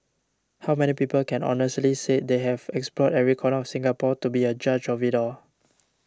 how many people can honestly say they have explored every corner of Singapore to be a judge of it all